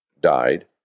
died